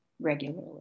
regularly